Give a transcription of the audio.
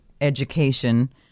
education